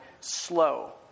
slow